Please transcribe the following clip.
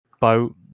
boat